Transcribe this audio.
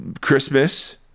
Christmas